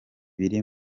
biri